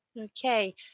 Okay